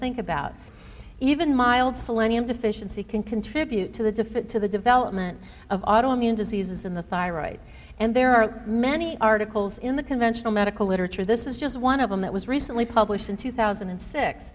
think about even mild solenn deficiency can contribute to the diff it to the development of autoimmune diseases in the thyroid and there are many articles in the conventional medical literature this is just one of them that was recently published in two thousand and six